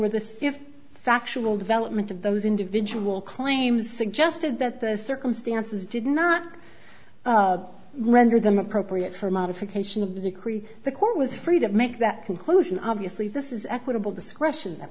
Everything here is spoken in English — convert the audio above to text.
the factual development of those individual claims suggested that the circumstances did not render them appropriate for modification of the decree the court was free to make that conclusion obviously this is equitable discretion that